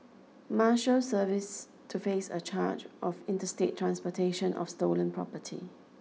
Marshals Service to face a charge of interstate transportation of stolen property